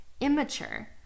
immature